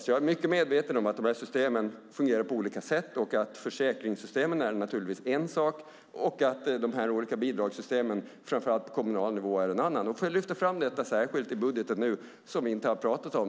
Jag är mycket medveten om att systemen fungerar på olika sätt och att försäkringssystem naturligtvis är en sak och att de olika bidragssystemen, framför allt på kommunal nivå, är en annan sak. Då vill jag lyfta fram särskilt något i budgeten som vi inte har pratat om.